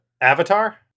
avatar